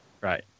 right